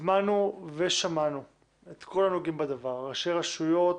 הזמנו ושמענו את כל הנוגעים בדבר, ראשי רשויות,